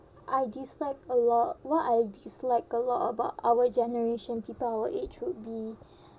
I dislike a lot what I dislike a lot about our generation people our age would be